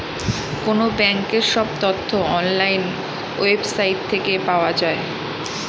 কোনো ব্যাঙ্কের সব তথ্য অনলাইন ওয়েবসাইট থেকে পাওয়া যায়